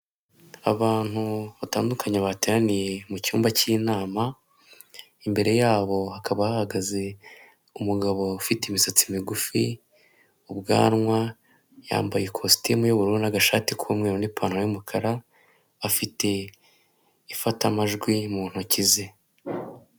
Abantu batandukanye bateraniye mu cyumba k'inama imbere yabo hakaba hahagaze umugabo ufite imisatsi migufi, ubwanwa yambaye kositime y'ubururu n'agashati k'umweru n'ipantaro y'umukara, afite ifatamajwi mu ntoki ze.